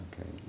Okay